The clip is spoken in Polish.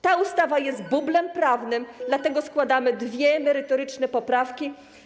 Ta ustawa jest bublem prawnym, dlatego składamy dwie merytoryczne poprawki.